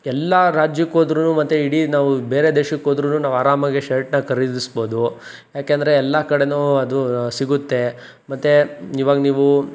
ಎಲ್ಲ ರಾಜ್ಯಕ್ಕೆ ಹೋದ್ರೂ ಮತ್ತೆ ಇಡೀ ನಾವು ಬೇರೆ ದೇಶಕ್ಕೆ ಹೋದ್ರೂ ನಾವು ಆರಾಮಾಗೆ ಶರ್ಟ್ನ ಖರೀದಿಸ್ಬಹುದು ಏಕೆಂದ್ರೆ ಎಲ್ಲ ಕಡೆಯೂ ಅದು ಸಿಗುತ್ತೆ ಮತ್ತೆ ಇವಾಗ ನೀವು